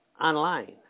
online